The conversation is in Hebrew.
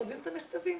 כותבים מכתבים.